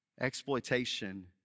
Exploitation